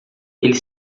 ele